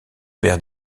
père